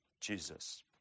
Jesus